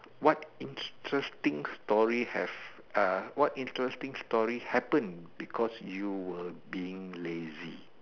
what interesting story have uh what interesting story happen because you were being lazy